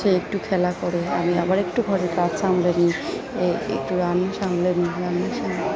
সে একটু খেলা করে আমি আবার একটু ঘরের কাজ সামলে নিই একটু রান্না সামলে নিই রান্না সামলে